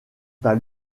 pas